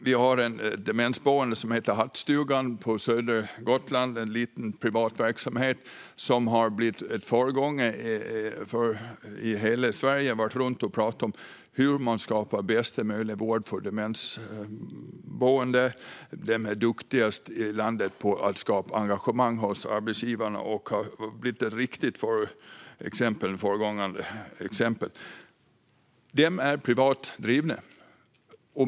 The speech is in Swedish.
Vi har ett demensboende på södra Gotland som heter Hattstugan. Det är en liten, privat verksamhet som har blivit en föregångare i hela Sverige och som har varit runt och pratat om hur man skapar bästa möjliga vård på demensboenden. De är duktigast i landet på att skapa engagemang hos arbetsgivare och har blivit ett riktigt föregångsexempel. De är privat drivna.